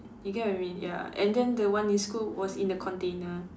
you get what I mean ya and then the one in school was in the container